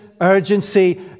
urgency